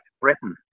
Britain